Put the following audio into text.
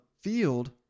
field